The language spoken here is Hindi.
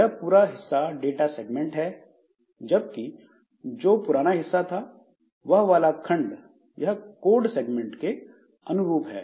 यह पूरा हिस्सा डाटा सेगमेंट है जबकि जो पुराना हिस्सा था यह वाला खंड यह कोड सेगमेंट के अनुरूप है